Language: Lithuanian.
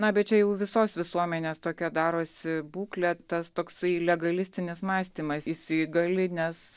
na bet čia jau visos visuomenės tokia darosi būklė tas toksai legalistinis mąstymas įsigali nes